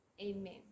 Amen